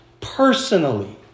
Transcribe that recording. personally